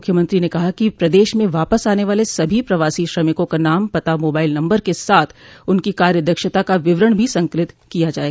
मुख्यमंत्री ने कहा है कि प्रदेश में वापस आने वाले सभी प्रवासी श्रमिकों का नाम पता मोबाइल नम्बर के साथ उनकी कार्यदक्षता का विवरण भी संकलित किया जाये